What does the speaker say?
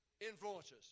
influences